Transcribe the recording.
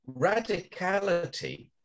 radicality